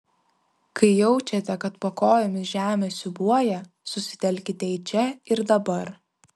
kai jaučiate kad po kojomis žemė siūbuoja susitelkite į čia ir dabar